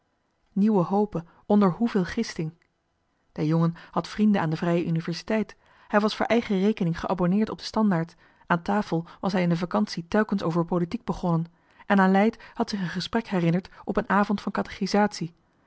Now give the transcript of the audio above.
nieuwe hope onder heveel gisting de jongen had vrienden aan de vrije universiteit hij was voor eigen rekening geabonneerd op de standaard aan tafel was hij in de vacantie telkens over politiek begonnen en aleid had zich een gesprek herinnerd op een avond van